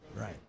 Right